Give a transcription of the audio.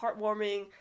heartwarming